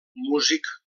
músic